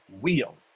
wheel